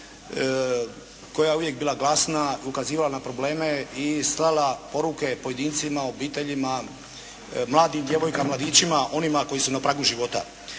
koja je uvijek bila glasna, ukazivala na probleme, i slala poruke pojedincima, obiteljima, mladim djevojkama, mladićima onima koji su na pragu života.